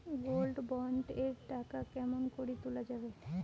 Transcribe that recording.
Gold bond এর টাকা কেমন করি তুলা যাবে?